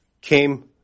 came